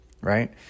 right